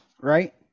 right